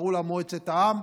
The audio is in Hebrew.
שקראו לה מועצת העם.